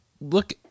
look